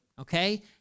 Okay